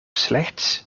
slechts